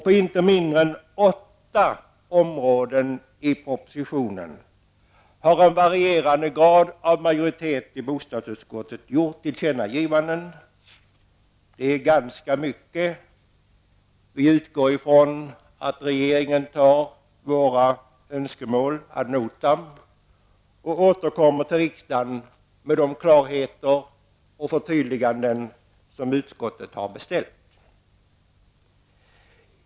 På inte mindre än åtta områden i propositionen har en varierande majoritet i bostadsutskottet gjort tillkännagivanden. Det är ganska mycket. Vi utgår ifrån att regeringen tar våra önskemål ad notam och återkommer till riksdagen med de förtydliganden som utskottet har beställt.